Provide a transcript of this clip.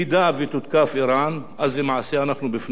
אז למעשה אנחנו בפני מלחמה אזורית,